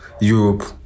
Europe